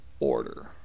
order